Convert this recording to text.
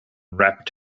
wrapped